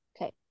Okay